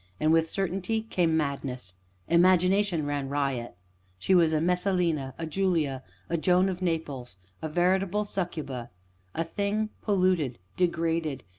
and with certainty came madness imagination ran riot she was a messalina a julia a joan of naples a veritable succuba a thing polluted, degraded,